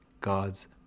God's